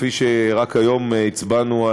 כפי שרק היום הצבענו,